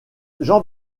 jean